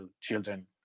children